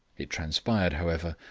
it transpired, however,